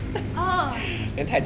orh